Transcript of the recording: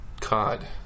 COD